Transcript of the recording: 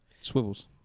swivels